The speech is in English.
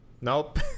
nope